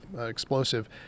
explosive